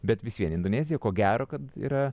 bet vis vien indonezija ko gero kad yra